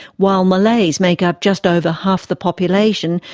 while malays make up just over half the population,